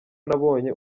nabonye